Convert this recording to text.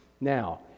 Now